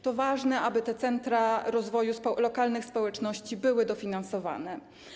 To ważne, aby te centra rozwoju lokalnych społeczności były dofinansowane.